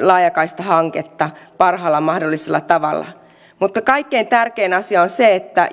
laajakaistahanketta parhaalla mahdollisella tavalla mutta kaikkein tärkein asia on se että